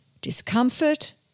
discomfort